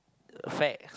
facts